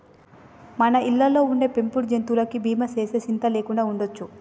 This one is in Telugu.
మన ఇళ్ళలో ఉండే పెంపుడు జంతువులకి బీమా సేస్తే సింత లేకుండా ఉండొచ్చు